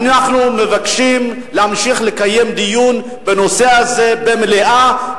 אנחנו מבקשים להמשיך לקיים דיון בנושא הזה במליאה,